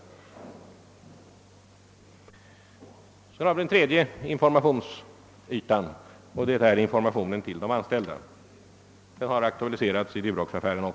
Den tredje informationssidan är informationen till de anställda. Också den har aktualiserats i Duroxaffären.